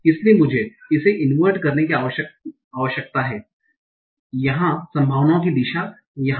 इसलिए मुझे इसे इनवर्ट करने की जरूरत है यहां संभावनाओं की दिशा यहा हैं